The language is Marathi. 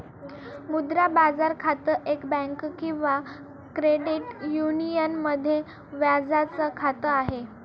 मुद्रा बाजार खातं, एक बँक किंवा क्रेडिट युनियन मध्ये व्याजाच खात आहे